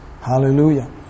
Hallelujah